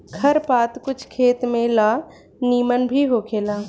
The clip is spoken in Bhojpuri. खर पात कुछ खेत में ला निमन भी होखेला